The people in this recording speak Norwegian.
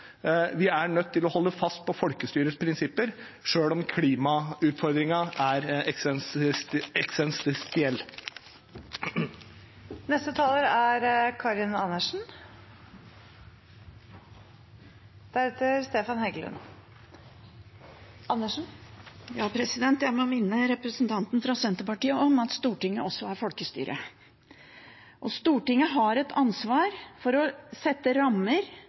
Vi er nødt til å holde fast på folkestyrets prinsipper selv om klimautfordringen er eksistensiell. Jeg må minne representanten fra Senterpartiet om at Stortinget også er folkestyre, og Stortinget har et ansvar for å sette rammer